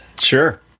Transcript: sure